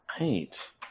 right